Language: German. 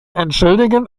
entschuldigen